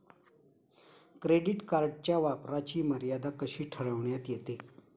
Credit कार्डच्या वापराची मर्यादा कशी ठरविण्यात येते?